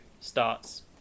starts